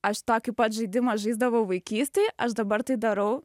aš tokį pat žaidimą žaisdavau vaikystėj aš dabar tai darau